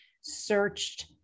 searched